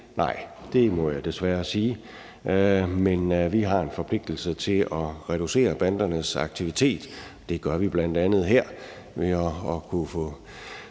Nej, må jeg desværre sige, men vi har en forpligtelse til at reducere bandernes aktivitet. Det gør vi bl.a. her ved at kunne få